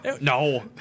no